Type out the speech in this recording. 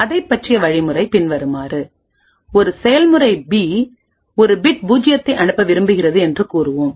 அதைப் பற்றிய வழிமுறைபின்வருமாறு ஒரு செயல்முறை பி ஒரு பிட் பூஜ்ஜியத்தை அனுப்ப விரும்புகிறது என்று கூறுவோம